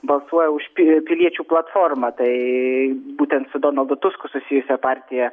balsuoja už pi piliečių platformą tai būtent su donaldu tusku susijusią partiją